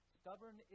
stubborn